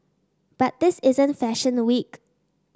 but this isn't fashion a week